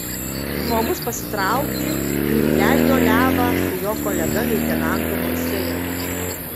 žmogus pasitraukė ir įleido levą su jo kolega leitenantu moisejevu